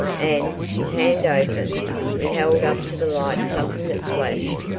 and his hand opened he held up to the light something that flashed,